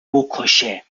بکشه